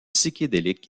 psychédélique